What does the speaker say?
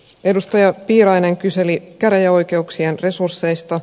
edustaja piirainen kyseli käräjäoikeuksien resursseista